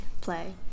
play